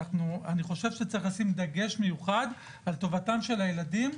אני חושב שצריך לשים דגש מיוחד על טובתם של הילדים,